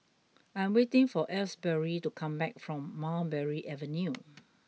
I am waiting for Asbury to come back from Mulberry Avenue